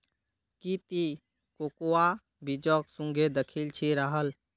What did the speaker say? की ती कोकोआ बीजक सुंघे दखिल छि राहल